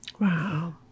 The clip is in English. Wow